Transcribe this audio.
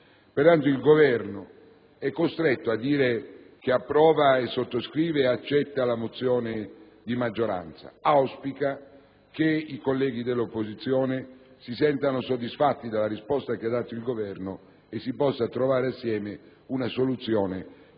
Peraltro, il Governo è costretto a dire che approva, sottoscrive ed accetta la mozione di maggioranza, e auspica che i colleghi dell'opposizione si sentano soddisfatti dalla risposta data dal Governo e che si possa trovare assieme una soluzione